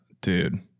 dude